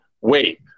wait